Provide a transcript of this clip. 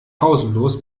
pausenlos